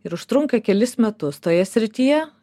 ir užtrunka kelis metus toje srityje